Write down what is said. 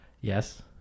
Yes